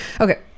Okay